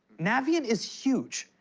navient is huge.